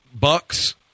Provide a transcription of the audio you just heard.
Bucks